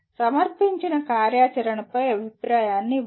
సమర్పించిన కార్యాచరణపై అభిప్రాయాన్ని ఇవ్వండి